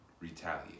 Retaliate